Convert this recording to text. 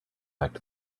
fact